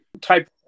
type